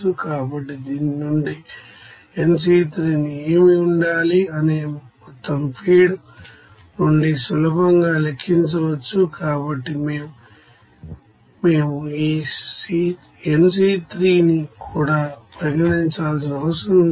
కాబట్టి దీని నుండి nC1ఏమి ఉండాలి అనే మొత్తం ఫీడ్ నుండి సులభంగా లెక్కించవచ్చు కాబట్టి మేము ఈ nC1ను కూడా పరిగణించాల్సిన అవసరం లేదు